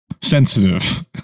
Sensitive